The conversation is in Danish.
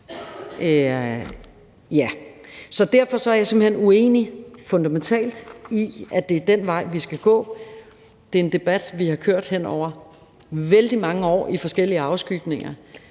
Derfor er jeg simpelt hen fundamentalt uenig i, at det er den vej, vi skal gå. Det er en debat, der har kørt hen over vældig mange år i forskellige afskygninger.